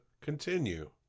continue